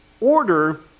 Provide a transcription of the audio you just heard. order